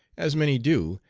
as many do,